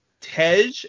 Tej